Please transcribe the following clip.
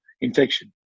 infection